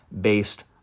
based